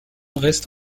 reste